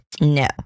No